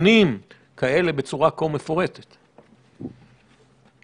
ביום ד' הגשתם לנו הצעת חוק שאומרת שההפעלה היא לפי 2(א)(2).